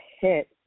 hit